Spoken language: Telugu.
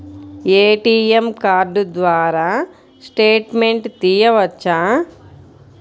ఏ.టీ.ఎం కార్డు ద్వారా స్టేట్మెంట్ తీయవచ్చా?